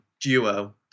duo